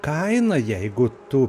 kaina jeigu tu